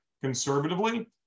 conservatively